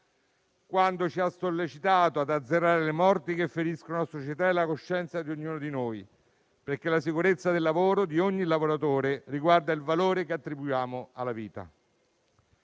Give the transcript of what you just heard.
quando ci ha sollecitato ad «azzerare le morti che feriscono la società e la coscienza di ognuno di noi. Perché la sicurezza del lavoro, di ogni lavoratore, riguarda il valore che attribuiamo alla vita».